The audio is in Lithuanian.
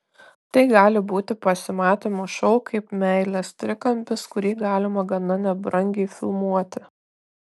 tai gali būti pasimatymų šou kaip meilės trikampis kurį galima gana nebrangiai filmuoti